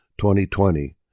2020